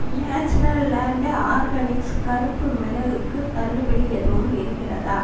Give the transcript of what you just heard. Natureland organics கருப்பு மிளகுக்கு தள்ளுபடி எதுவும் இருக்கிறதா